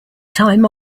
time